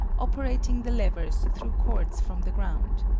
operating the levers through cords from the ground.